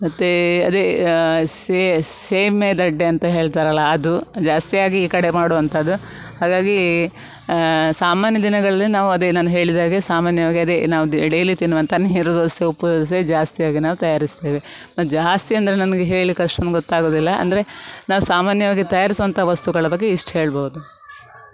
ಮತ್ತು ಅದೇ ಸೇಮೆ ದಡ್ಡೆ ಅಂತ ಹೇಳ್ತಾರಲ್ಲ ಅದು ಜಾಸ್ತಿಯಾಗಿ ಈ ಕಡೆ ಮಾಡುವಂಥದ್ದು ಹಾಗಾಗಿ ಸಾಮಾನ್ಯ ದಿನಗಳಲ್ಲಿ ನಾವು ಅದೇ ನಾನು ಹೇಳಿದ್ಹಾಗೆ ಸಾಮಾನ್ಯವಾಗಿ ಅದೇ ನಾವು ದಿ ಡೈಲಿ ತಿನ್ನುವಂತಹ ನೀರು ದೋಸೆ ಉಪ್ಪು ದೋಸೆ ಜಾಸ್ತಿಯಾಗಿ ನಾವು ತಯಾರಿಸ್ತೇವೆ ಮತ್ತು ಜಾಸ್ತಿ ಅಂದರೆ ನನಗೆ ಹೇಳ್ಲಿಕ್ಕೆ ಅಷ್ಟೊಂದು ಗೊತ್ತಾಗುವುದಿಲ್ಲ ಅಂದರೆ ನಾವು ಸಾಮಾನ್ಯವಾಗಿ ತಯಾರಿಸುವಂತಹ ವಸ್ತುಗಳ ಬಗ್ಗೆ ಇಷ್ಟು ಹೇಳ್ಬೋದು